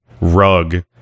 Rug